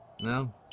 No